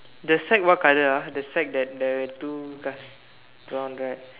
the sack what colour ah the sack that the two guys on right